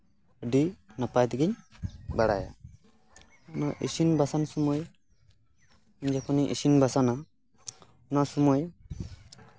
ᱟᱹᱰᱤ ᱱᱟᱯᱟᱭ ᱛᱤᱜᱤᱧ ᱵᱟᱲᱟᱭᱟ ᱤᱥᱤᱱ ᱵᱟᱥᱟᱝ ᱥᱚᱢᱚᱭ ᱤᱧ ᱡᱚᱠᱷᱚᱱᱤᱧ ᱤᱥᱤᱱ ᱵᱟᱥᱟᱝ ᱟ ᱚᱱᱟ ᱥᱚᱢᱚᱭ